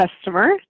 customer